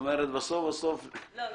לא סותר.